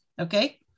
Okay